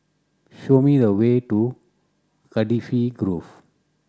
show me the way to Cardifi Grove